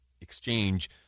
exchange